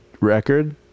record